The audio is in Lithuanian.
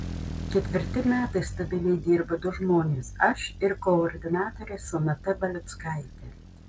ketvirti metai stabiliai dirba du žmonės aš ir koordinatorė sonata baliuckaitė